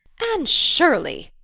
anne shirley!